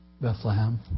Bethlehem